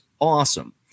awesome